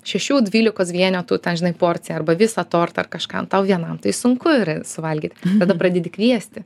šešių dvylikos vienetų ten žinai porciją arba visą tortą ar kažką tau vienam tai sunku yra suvalgyti tada pradedi kviesti